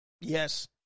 Yes